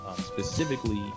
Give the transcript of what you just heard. specifically